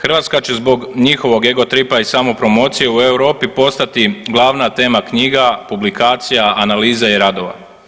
Hrvatska će zbog njihovog ego tripa i samopromocije u Europi postati glavna tema knjiga, publikacija, analiza i radova.